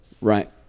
Right